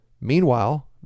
Meanwhile